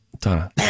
Donna